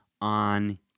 on